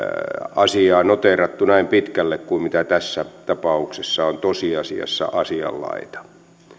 asiaa noteeratun näin pitkälle kuin mitä tässä tapauksessa on tosiasiassa asianlaita